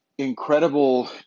incredible